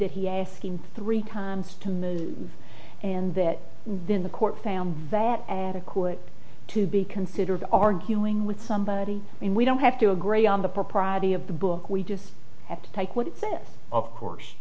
that he asked him three times to move and that then the court found that adequate to be considered arguing with somebody when we don't have to agree on the propriety of the book we just have to take what it said of course